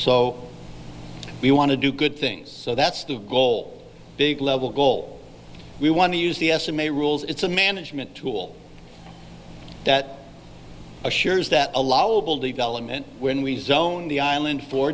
so we want to do good things so that's the goal big level goal we want to use the s m a rules it's a management tool that assures that a lot will development when we zone the island for